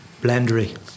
blendery